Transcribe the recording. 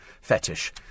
Fetish